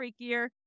freakier